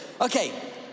okay